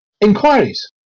Inquiries